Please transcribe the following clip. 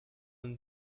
and